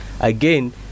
again